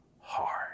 hard